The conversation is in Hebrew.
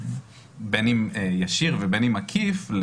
בין אם ישיר ובין אם עקיף,